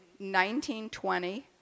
1920